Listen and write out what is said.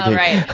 um right.